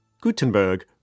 Gutenberg